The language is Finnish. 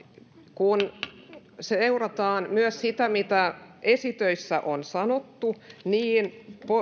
kun seurataan myös sitä mitä esitöissä on sanottu niin